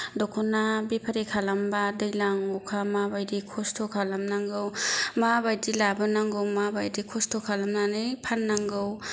दख'ना बेफारि खालामब्ला दैज्लां अखा माबायदि खस्थ' खालामनांगौ माबायदि लाबोनांगौ माबायदि खस्थ' खालामनानै फाननांगौ